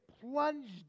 plunged